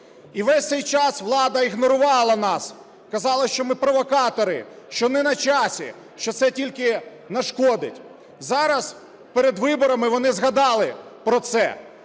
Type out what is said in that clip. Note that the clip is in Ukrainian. і весь цей час влада ігнорувала нас, казали, що ми провокатори, що не на часі, що це тільки нашкодить. Зараз перед виборами вони згадали про це.